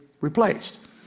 replaced